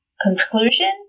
conclusion